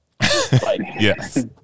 Yes